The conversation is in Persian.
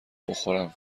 بخورم